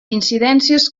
incidències